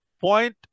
point